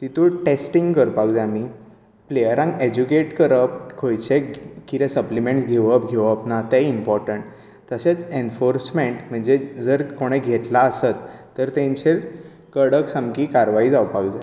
तितूंत टेस्टींग करपाक जाय आमी प्लेयरांक एज्युकेट करप खुंयचे कितें सप्लिमेंट घेवप घेवप ना ते इंम्पोर्टंट तशेंच एनफोर्समेंट म्हणजे जर कोणे घेतला आसत तेंचेर कडक सामकी कारवाय जावपाक जाय